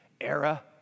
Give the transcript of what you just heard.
era